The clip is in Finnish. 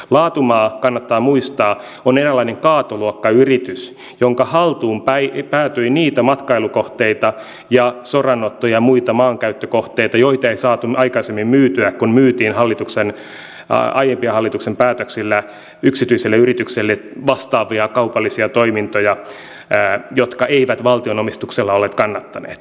laatumaa kannattaa muistaa on eräänlainen kaatoluokkayritys jonka haltuun päätyi niitä matkailukohteita ja soranotto ja muita maankäyttökohteita joita ei saatu aikaisemmin myytyä kun myytiin aiempien hallituksien päätöksillä yksityisille yrityksille vastaavia kaupallisia toimintoja jotka eivät valtion omistuksella olleet kannattaneet